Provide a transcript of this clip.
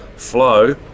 Flow